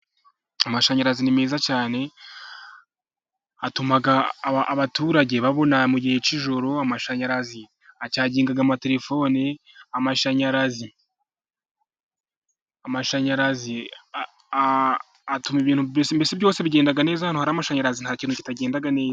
Amashanyarazi ni meza cyane atuma abaturage babona mu gihe cy'ijoro , amashanyarazi acaginga amatelefoni, amashanyarazi amashanyarazi atuma ibintu mbese byose bigenda neza ,ahantu hari amashanyarazi nta kintu kitagenda neza.